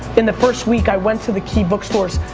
in the first week i went to the key book stores,